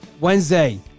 wednesday